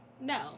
No